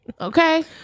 Okay